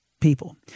people